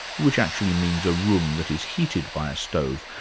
which actually means a room that is heated by a stove,